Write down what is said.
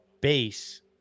base